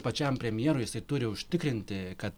pačiam premjerui jisai turi užtikrinti kad